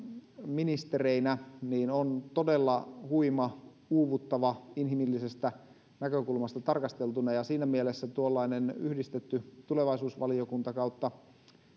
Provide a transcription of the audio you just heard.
ministereinä on todella huima uuvuttava inhimillisestä näkökulmasta tarkasteltuna siinä mielessä tuollainen yhdistetty tulevaisuusvaliokunta ja